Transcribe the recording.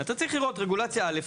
אתה צריך לראות רגולציה א',